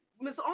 Miss